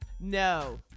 No